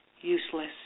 useless